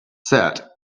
said